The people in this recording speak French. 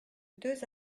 deux